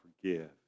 forgive